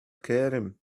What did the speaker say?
cairum